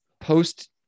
Post